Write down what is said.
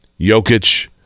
Jokic